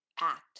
act